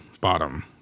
bottom